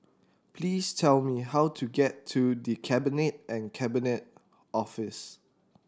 please tell me how to get to The Cabinet and Cabinet Office